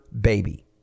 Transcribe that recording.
baby